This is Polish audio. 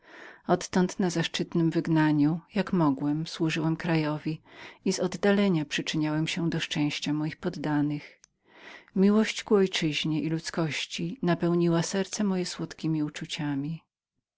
odtąd na zaszczytnem wygnaniu jak mogłem służyłem krajowi i przyczyniałem do szczęścia moich poddanych miłość ku ojczyznie i ludzkości napełniła serce moje słodkiemi uczuciami